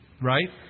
right